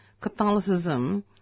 Catholicism